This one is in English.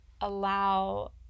allow